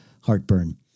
heartburn